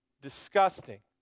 disgusting